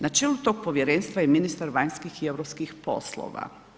Na čelu tog povjerenstva je ministar vanjskih i europskih poslova.